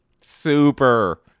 super